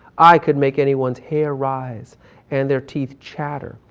i could make anyone's hair rise and their teeth chatter,